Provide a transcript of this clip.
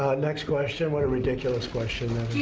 next question. what a ridiculous question that